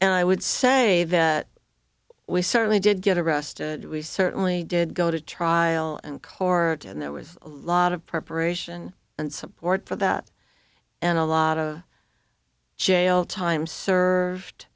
and i would say that we certainly did get arrested we certainly did go to trial and core and there was a lot of preparation and support for that and a lot of jail time served